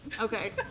Okay